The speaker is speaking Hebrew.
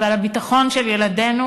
ועל הביטחון של ילדינו,